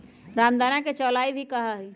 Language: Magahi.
रामदाना के चौलाई भी कहा हई